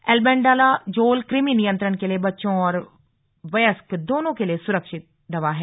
albendazole क्रमि नियंत्रण के लिए बच्चों और वयस्क दोनों के लिए सुरक्षित दवा है